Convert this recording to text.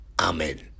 Amen